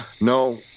no